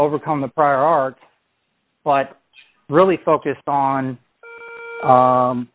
overcome the prior art but really focused on